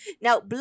Now